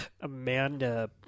Amanda